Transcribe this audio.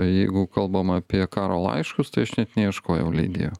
jeigu kalbam apie karo laiškus tai aš net neieškojau leidėjo